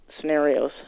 scenarios